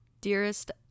dearest